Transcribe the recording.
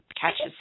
catches